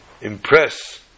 impress